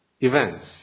events